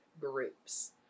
groups